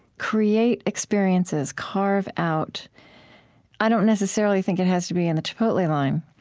create experiences, carve out i don't necessarily think it has to be in the chipotle line,